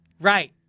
Right